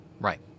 right